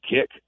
kick